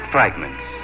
Fragments